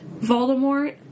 Voldemort